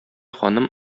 ханым